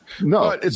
No